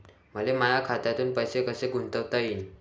मले माया खात्यातून पैसे कसे गुंतवता येईन?